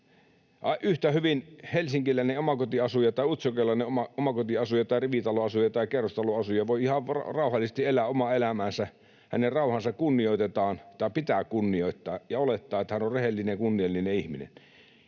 yhtä hyvin kuin helsinkiläistä omakotiasujaa tai utsjokelaista omakotiasujaa tai rivitaloasujaa tai kerrostaloasujaa, joka voi ihan rauhallisesti elää omaa elämäänsä. Hänen rauhaansa kunnioitetaan, tai pitää kunnioittaa ja olettaa, että hän on rehellinen ja kunniallinen ihminen.